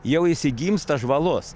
jau jisai gimsta žvalus